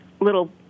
little